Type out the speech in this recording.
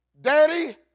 daddy